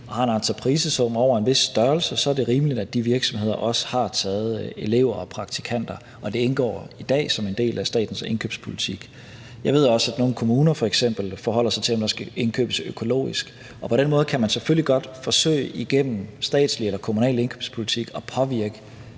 – med en entreprisesum over en vis størrelse – så er det rimeligt, at de virksomheder også har taget elever og praktikanter. Og det indgår i dag som en del af statens indkøbspolitik. Jeg ved også, at nogle kommuner f.eks. forholder sig, om der skal indkøbes økologisk. På den måde kan man selvfølgelig godt forsøge igennem statslig eller kommunal indkøbspolitik at påvirke